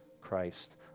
Christ